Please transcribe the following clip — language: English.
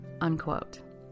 unquote